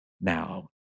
now